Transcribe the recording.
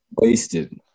Wasted